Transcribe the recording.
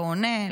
לא עונה,